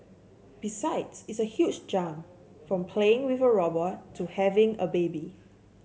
besides it's a huge jump from playing with a robot to having a baby